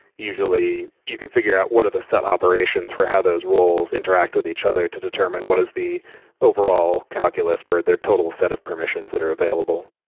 usually, you can figure out what are the set operations for how those roles interact with each other to determine what is the overall calculus for their total set of permissions that are available.